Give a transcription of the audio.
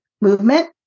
movement